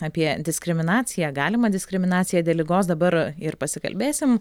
apie diskriminaciją galimą diskriminaciją dėl ligos dabar ir pasikalbėsim